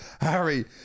Harry